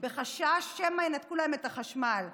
בחשש שמא ינתקו להם את החשמל.